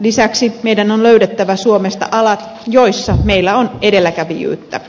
lisäksi meidän on löydettävä suomesta alat joilla meillä on edelläkävijyyttä